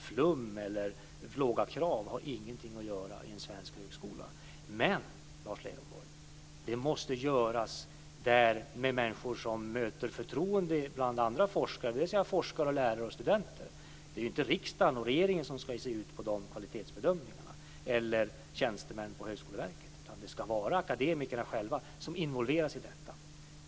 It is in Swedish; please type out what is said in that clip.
Flum eller låga krav har ingenting att göra i en svensk högskola. Men, Lars Leijonborg, detta ska genomföras av människor som möts med förtroende bland forskare, lärare och studenter. Det är inte riksdagen, regeringen eller tjänstemän på Högskoleverket som ska göra kvalitetsbedömningarna. Det är akademikerna som ska involveras i detta.